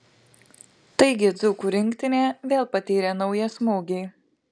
taigi dzūkų rinktinė vėl patyrė naują smūgį